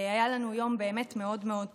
היה לנו יום באמת מאוד מאוד טעון.